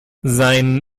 sein